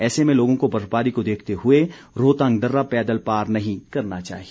ऐसे में लोगों को बर्फबारी को देखते हुए रोहतांग दर्रा पैदल पार नही करना चाहिए